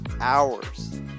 hours